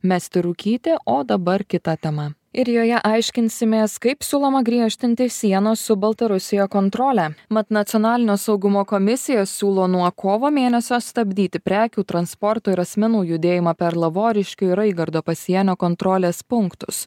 mesti rūkyti o dabar kita tema ir joje aiškinsimės kaip siūloma griežtinti sienos su baltarusija kontrolę mat nacionalinio saugumo komisija siūlo nuo kovo mėnesio stabdyti prekių transporto ir asmenų judėjimą per lavoriškių ir raigardo pasienio kontrolės punktus